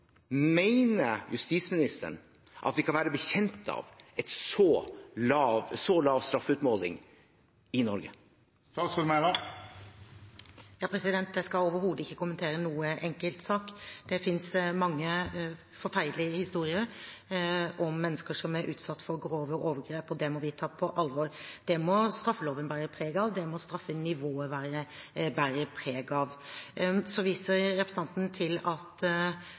justisministeren at vi kan være bekjent av en så lav straffeutmåling i Norge? Jeg skal overhodet ikke kommentere noen enkeltsak. Det finnes mange forferdelige historier om mennesker som er utsatt for grove overgrep, og det må vi ta på alvor. Det må straffeloven bære preg av, og det må straffenivået bære preg av. Representanten viser til at